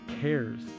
cares